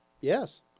Yes